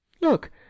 Look